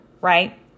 right